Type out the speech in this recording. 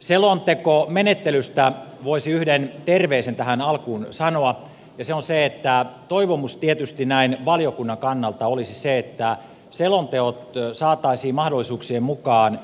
selontekomenettelystä voisi yhden terveisen tähän alkuun sanoa ja se on se että toivomus tietysti näin valiokunnan kannalta olisi että selonteot saataisiin mahdollisuuksien mukaan